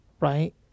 right